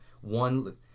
one